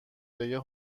بگه